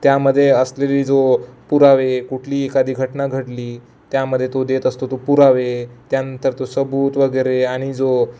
त्यामदे असलेली जो पुरावे कुठली एखादी घटना घडली त्यामध्ये तो देत असतो तो पुरावे त्यानंतर तो सबूत वगैरे आणि जो